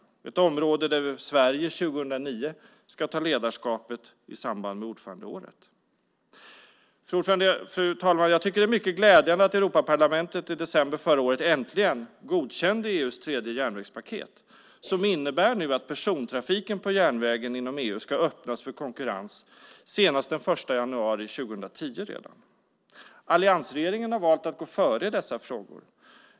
Det är ett område där Sverige 2009 ska ta ledarskapet i samband med ordförandeåret. Fru talman! Jag tycker att det är mycket glädjande att Europaparlamentet i december förra året äntligen godkände EU:s tredje järnvägspaket, som innebär att persontrafiken på järnvägen inom EU ska öppnas för konkurrens senast den 1 januari 2010. Alliansregeringen har valt att gå före i dessa frågor.